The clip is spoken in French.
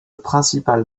principal